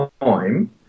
time